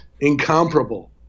incomparable